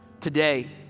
today